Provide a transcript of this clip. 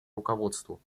руководству